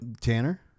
Tanner